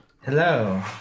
Hello